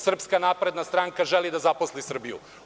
Srpska napredna stranka želi da zaposli Srbiju.